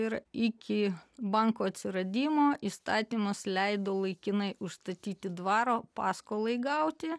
ir iki banko atsiradimo įstatymas leido laikinai užstatyti dvaro paskolai gauti